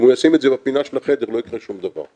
אם הוא ישים את זה בפינה של החדר לא יקרה שום דבר.